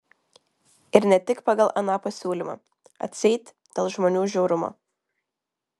ir ne tik pagal aną pasiūlymą atseit dėl žmonių žiaurumo